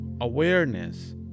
awareness